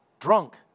drunk